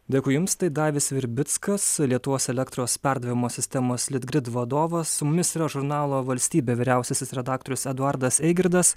dėkui jums tai davis virbickas lietuvos elektros perdavimo sistemos litgrid vadovas su mumis yra žurnalo valstybė vyriausiasis redaktorius eduardas eigirdas